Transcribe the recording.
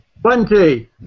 Twenty